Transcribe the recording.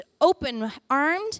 open-armed